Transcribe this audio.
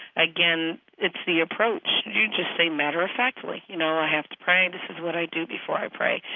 again, it's the approach. you just say matter-of-factly, you know, i have to pray. this is what i do before i pray.